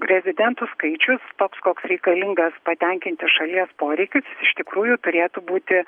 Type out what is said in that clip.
rezidentų skaičius toks koks reikalingas patenkinti šalies poreikius iš tikrųjų turėtų būti